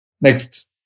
Next